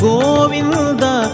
Govinda